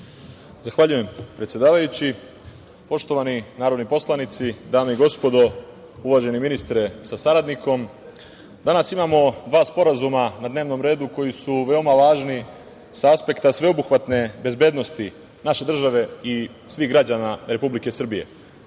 Zahvaljujem predsedavajući, poštovani narodni poslanici, dame i gospodo, uvaženi ministre sa saradnicima, danas imamo dva sporazuma na dnevnom redu koji su veoma važni sa aspekta sveobuhvatne bezbednosti naše države i svih građana Republike Srbije. Posebno